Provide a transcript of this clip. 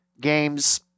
games